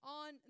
on